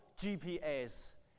GPS